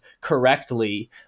correctly